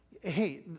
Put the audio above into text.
hey